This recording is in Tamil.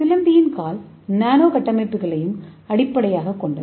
சிலந்தியின் கால் நானோ கட்டமைப்புகளையும் அடிப்படையாகக் கொண்டது